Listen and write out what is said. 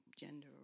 gender